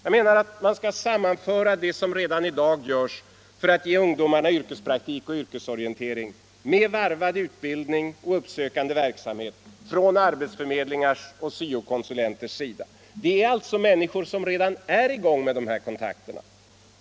Jag menar att man skall sammanföra det som i dag redan görs för att ge ungdomarna yrkespraktik och yrkesorientering med varvad utbildning och uppsökande verksamhet från arbetsförmedlingars och SYO konsulenters sida. Det är alltså människor som redan är i gång med de här kontakterna.